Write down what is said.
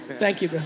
thank you.